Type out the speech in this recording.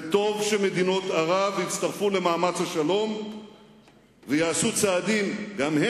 וטוב שמדינות ערב יצטרפו למאמץ השלום ויעשו צעדים גם הן,